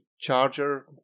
charger